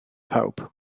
pawb